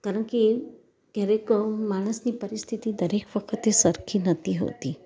કારણ કે ક્યારેક માણસની પરિસ્થિતિ દરેક વખતે સરખી નથી હોતી